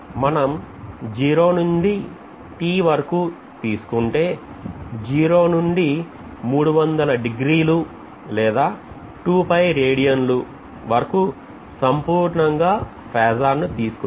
మనం 0 నుండి T వరకూ తీసుకుంటే 0 నుండి 360 డిగ్రీలు లేదా radians వరకు సంపూర్ణంగా ఫేజార్ ను తీసుకున్నట్లే